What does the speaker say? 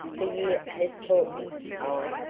the year has taught me ah,